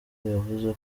yavuze